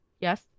Yes